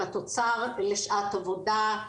של התוצר לשעת עבודה,